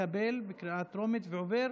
התקבלה בקריאה טרומית, ועוברת